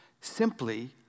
simply